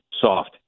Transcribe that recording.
soft